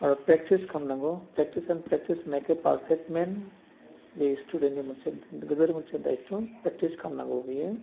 आरो प्रेकटिस खालामनांगौ practice and practice make a perfect man बेयो स्टुडेन्टनि मोनसे गोदोर मोनसे दायथ' प्रेकटिस खामनांगौ बियो